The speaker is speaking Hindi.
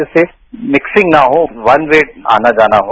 जिससे मिक्सिंग न हो वन वे आना जाना हो